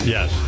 Yes